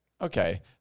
okay